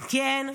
כן?